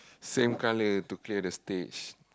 same colour to play the stage